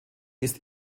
ist